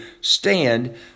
stand